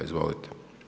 Izvolite.